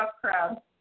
crowd